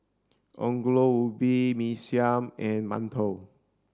Ongol Ubi Mee Siam and Mantou